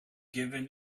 given